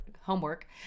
homework